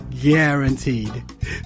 Guaranteed